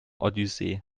odyssee